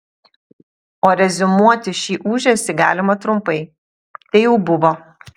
o reziumuoti šį ūžesį galima trumpai tai jau buvo